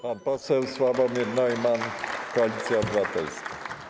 Pan poseł Sławomir Neumann, Koalicja Obywatelska.